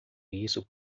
isso